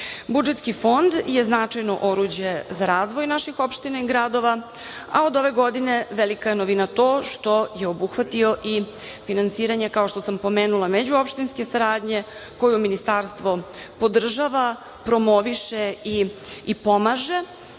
saradnje. Budžetski fond je značajno oruđe za razvoj naših opština i gradova, a od ove godine velika je novina to što je obuhvatio i finansiranje, kao što sam pomenula, međuopštinske saradnje koju ministarstvo podržava, promoviše i pomaže,